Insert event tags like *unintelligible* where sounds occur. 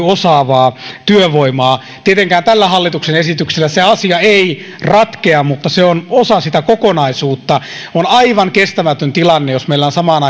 *unintelligible* osaavaa työvoimaa tietenkään tällä hallituksen esityksellä se asia ei ratkea mutta se on osa sitä kokonaisuutta on aivan kestämätön tilanne jos meillä on samaan *unintelligible*